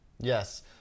Yes